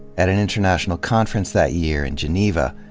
at an international conference that year in geneva,